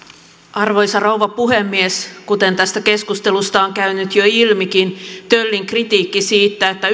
arvoisa rouva puhemies kuten tästä keskustelusta on käynyt jo ilmikin töllin kritiikki siitä että